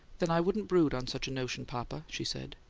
then i wouldn't brood on such a notion, papa, she said.